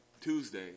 Tuesday